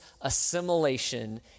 assimilation